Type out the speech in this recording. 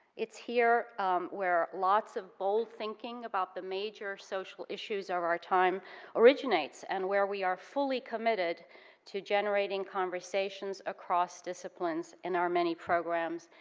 it's here where lots of bold thinking about the major social issues of our time originates, and where we are fully committed to generating conversations across disciplines in our many programs,